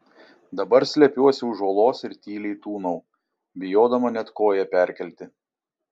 dabar slepiuosi už uolos ir tyliai tūnau bijodama net koją perkelti